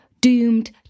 doomed